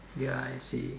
ya I see